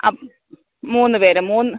അ മൂന്ന് പേർ മൂന്ന്